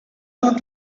not